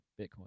Bitcoin